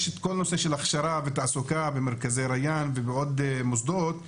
יש את הנושא של הכשרה ותעסוקה במרכזי ריאן ובעוד מוסדות,